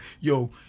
yo